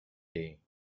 day